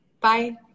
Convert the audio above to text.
bye